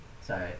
Sorry